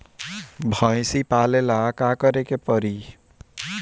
भइसी पालेला का करे के पारी?